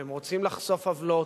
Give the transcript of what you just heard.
והם רוצים לחשוף עוולות,